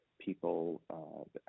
people